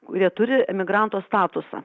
kurie turi emigranto statusą